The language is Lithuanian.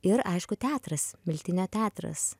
ir aišku teatras miltinio teatras